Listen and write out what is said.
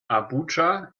abuja